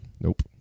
nope